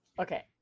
Okay